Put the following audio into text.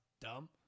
dumb